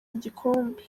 igikombe